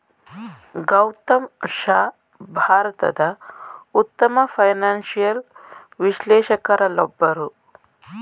ಗೌತಮ್ ಶಾ ಭಾರತದ ಉತ್ತಮ ಫೈನಾನ್ಸಿಯಲ್ ವಿಶ್ಲೇಷಕರಲ್ಲೊಬ್ಬರು